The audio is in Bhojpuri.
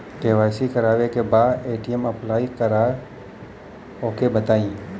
के.वाइ.सी करावे के बा ए.टी.एम अप्लाई करा ओके बताई?